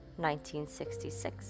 1966